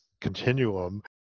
continuum